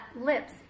lips